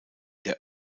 der